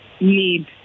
need